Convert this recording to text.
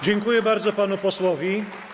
Dziękuję bardzo panu posłowi.